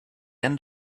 end